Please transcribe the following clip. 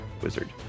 wizard